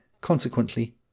consequently